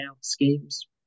schemes